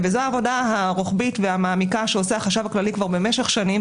וזו העבודה הרוחבית והמעמיקה שעושה החשב הכללי כבר במשך שנים,